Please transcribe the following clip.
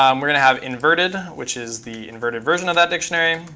um we're going to have inverted, which is the inverted version of that dictionary.